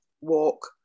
walk